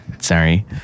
Sorry